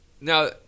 now